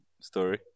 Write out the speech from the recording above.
story